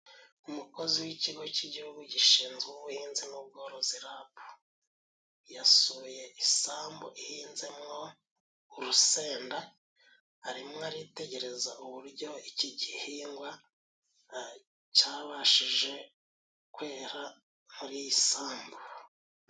Umukozi w'ikigo cy'igihugu gishinzwe ubuhinzi n'ubworozi, rabu, yasuye isambu ihinzemwo urusenda. Arimwo aritegereza uburyo iki gihingwa cyabashije kwera muri yisambu.